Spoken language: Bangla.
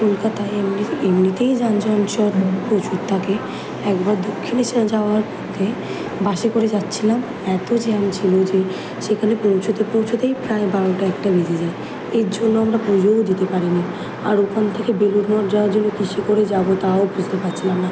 কলকাতায় এমনি এমনিতেই যানজট শহর প্রচুর থাকে একবার দক্ষিণেশ্বর যাওয়ার পথে বাসে করে যাচ্ছিলাম এত জ্যাম ছিল যে সেখানে পৌঁছোতে পৌঁছোতেই প্রায় বারোটা একটা বেজে যায় এর জন্য আমরা পুজোও দিতে পারি নি আর ওখান থেকে বেলুড় মঠ যাওয়ার জন্য কীসে করে যাব তাও বুঝতে পাচ্ছিলাম না